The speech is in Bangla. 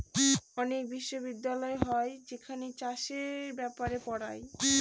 অনেক বিশ্ববিদ্যালয় হয় যেখানে চাষের ব্যাপারে পড়ায়